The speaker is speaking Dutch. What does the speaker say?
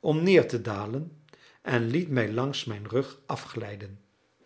om neer te dalen en ik liet mij langs mijn rug afglijden